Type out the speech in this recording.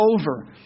over